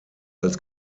als